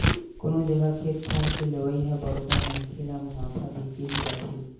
कोनो जघा खेत खार के लेवई ह बरोबर मनखे ल मुनाफा देके ही जाथे